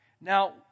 Now